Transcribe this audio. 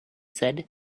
said